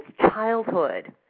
childhood